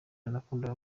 nakundaga